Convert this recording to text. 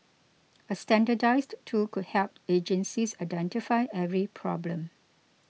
a standardised tool could help agencies identify every problem